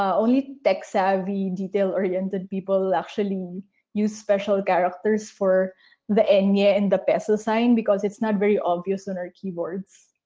only text savvy detail-oriented people actually use special character for the enye ah and the peso sign because it's not very obvious on our keyboards.